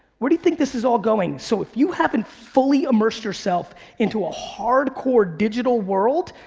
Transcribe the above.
where do you think this is all going? so if you haven't fully immersed yourself into a hard core digital world,